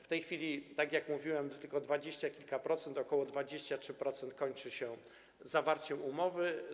W tej chwili, tak jak mówiłem, tylko dwadzieścia kilka procent, ok. 23%, kończy się zawarciem umowy.